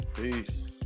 Peace